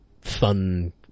fun